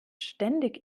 ständig